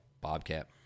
bobcat